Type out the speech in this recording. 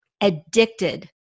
addicted